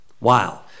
Wow